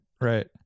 right